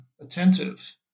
attentive